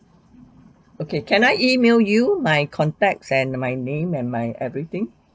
okay can I E mail you my contacts and my name and my everything